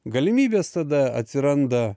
galimybės tada atsiranda